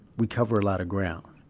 we cover a lot of ground,